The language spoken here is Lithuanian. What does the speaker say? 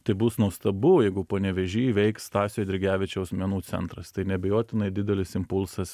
tai bus nuostabu jeigu panevėžy veiks stasio eidrigevičiaus menų centras tai neabejotinai didelis impulsas